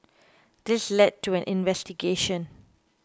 this led to an investigation